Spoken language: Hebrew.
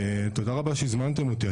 תודה רבה שהזמנתם אותי,